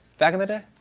back in the day?